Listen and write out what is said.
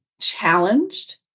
challenged